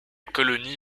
colonie